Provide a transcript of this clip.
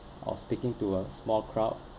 or speaking to a small crowd